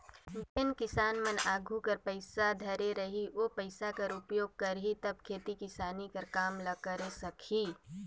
जेन किसान मन आघु कर पइसा धरे रही ओ पइसा कर उपयोग करही तब खेती किसानी कर काम ल करे सकही